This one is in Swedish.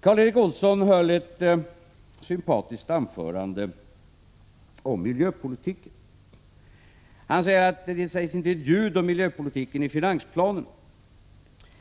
Karl Erik Olsson höll ett sympatiskt anförande om miljöpolitiken. Han påpekade att det inte sägs något alls om miljöpolitiken i finansplanen.